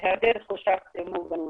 היעדר תחושת מוגנות.